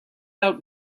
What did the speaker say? out